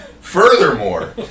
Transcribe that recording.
furthermore